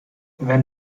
wenn